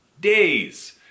Days